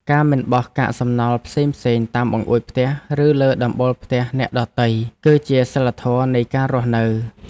ការមិនបោះកាកសំណល់ផ្សេងៗតាមបង្អួចផ្ទះឬលើដំបូលផ្ទះអ្នកដទៃគឺជាសីលធម៌នៃការរស់នៅ។